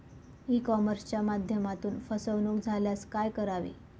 E कॉमर्सच्या माध्यमातून फसवणूक झाल्यास काय करावे?